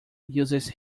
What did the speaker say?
uses